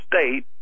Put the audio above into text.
state